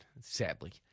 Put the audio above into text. sadly